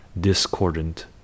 discordant